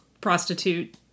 prostitute